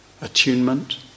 attunement